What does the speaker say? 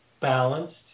balanced